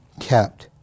kept